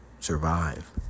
survive